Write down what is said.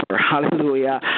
Hallelujah